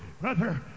Brother